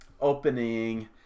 opening